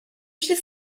should